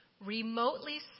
remotely